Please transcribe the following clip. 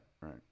Right